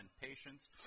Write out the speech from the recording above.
patience